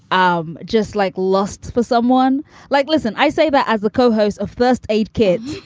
um just like lust for someone like, listen, i say that as a co-host of first aid kit.